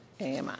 AMI